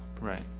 Right